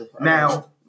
Now